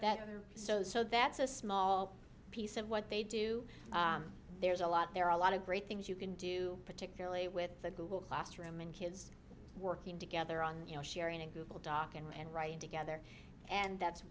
that we're so so that's a small piece of what they do there's a lot there are a lot of great things you can do particularly with the google classroom and kids working together on you know sharing a google doc and writing together and that's